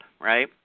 right